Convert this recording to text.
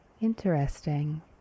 Interesting